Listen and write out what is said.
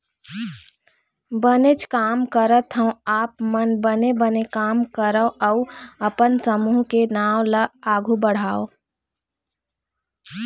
बनेच काम करत हँव आप मन बने बने काम करव अउ अपन समूह के नांव ल आघु बढ़ाव